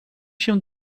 się